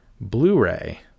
Blu-ray